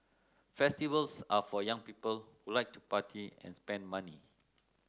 festivals are for young people who like to party and spend money